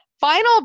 final